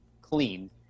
clean